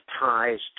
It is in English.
ties